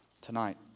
tonight